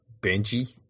Benji